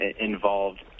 involved